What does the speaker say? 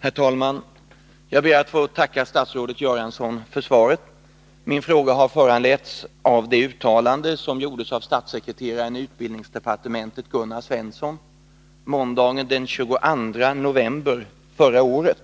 Herr talman! Jag ber att få tacka statsrådet Göransson för svaret. Min fråga har föranletts av det uttalande som gjordes av statssekreteraren i utbildningsdepartementet Gunnar Svensson måndagen den 22 november förra året